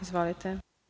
Izvolite.